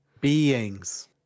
Beings